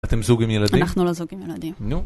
אתם זוג עם ילדים? אנחנו לא זוג עם ילדים. נו...